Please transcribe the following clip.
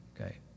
okay